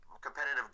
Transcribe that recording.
competitive